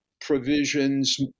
provisions